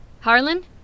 Harlan